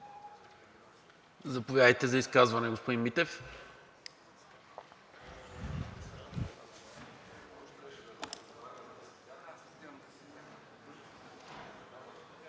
Заповядайте за изказване, господин Митев.